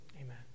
amen